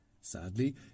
Sadly